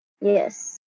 Yes